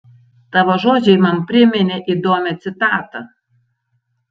tavo žodžiai man priminė įdomią citatą